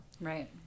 Right